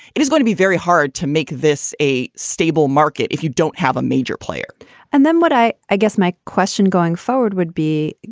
it is going to be very hard to make this a stable market if you don't have a major player and then what i i guess my question going forward would be,